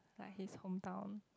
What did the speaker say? like his hometown